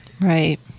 Right